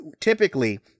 typically